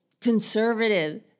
conservative